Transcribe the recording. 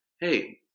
Hey